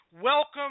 Welcome